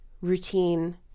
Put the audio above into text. routine